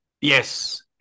yes